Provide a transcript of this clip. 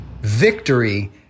Victory